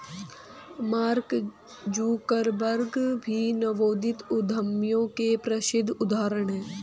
mark Zuckerberg भी नवोदित उद्यमियों के प्रसिद्ध उदाहरण हैं